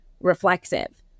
reflexive